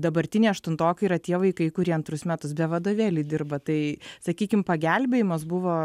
dabartiniai aštuntokai yra tie vaikai kurie antrus metus be vadovėlių dirba tai sakykim pagelbėjimas buvo